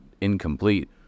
incomplete